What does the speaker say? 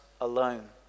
alone